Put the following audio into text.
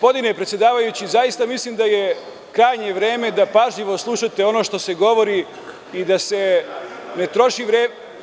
Gospodine predsedavajući, zaista mislim da je krajnje vreme da pažljivo slušate ono što se govori i da se ne troši vreme…